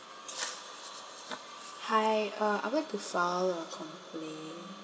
hi uh I would like to file a complaint